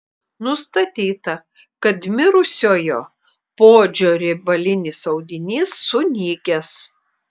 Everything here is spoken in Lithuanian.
nustatyta kad mirusiojo poodžio riebalinis audinys sunykęs